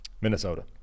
Minnesota